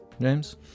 James